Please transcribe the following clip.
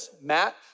Matt